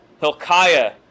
Hilkiah